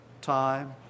time